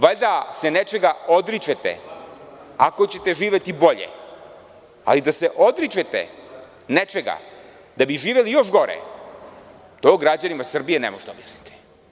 Valjda se nečega odričete ako ćete živeti bolje, ali da se odričete nečega da bi živeli još gore, to građanima Srbije ne možete da objasnite.